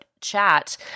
chat